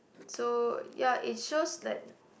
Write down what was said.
so ya it shows like